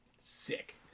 sick